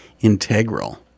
Integral